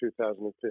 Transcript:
2015